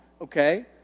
okay